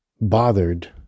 bothered